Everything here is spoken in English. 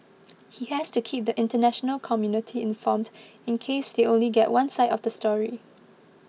he has to keep the international community informed in case they only get one side of the story